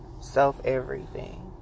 self-everything